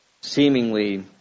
seemingly